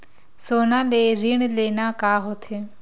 सोना ले ऋण लेना का होथे?